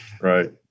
Right